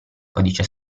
codice